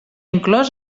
inclòs